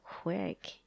quick